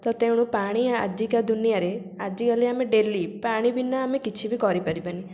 ତ ତେଣୁ ପାଣି ଆଜିକା ଦୁନିଆରେ ଆଜିକାଲି ଆମେ ଡେଲି ପାଣି ବିନା ଆମେ କିଛି ବି କରିପାରିବାନି